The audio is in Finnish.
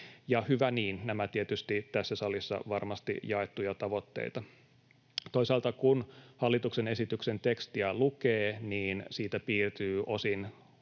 hyvä niin — nämä ovat tietysti tässä salissa varmasti jaettuja tavoitteita. Toisaalta, kun hallituksen esityksen tekstiä lukee, siitä piirtyy osin